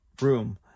room